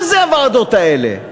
מה זה הוועדות האלה?